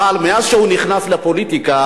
אבל מאז שהוא נכנס לפוליטיקה,